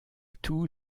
tout